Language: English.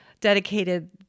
dedicated